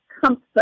comfort